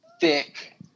thick